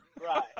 Right